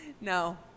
No